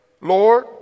Lord